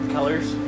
Colors